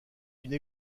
une